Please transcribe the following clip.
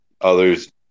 others